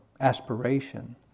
aspiration